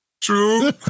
True